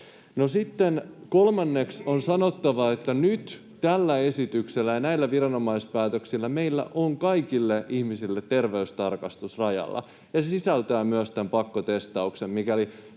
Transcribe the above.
kolmanneksi on sanottava, että nyt tällä esityksellä ja näillä viranomaispäätöksillä meillä on kaikille ihmisille terveystarkastus rajalla, ja se sisältää myös tämän pakkotestauksen,